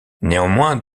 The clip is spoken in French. néanmoins